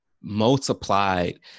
multiplied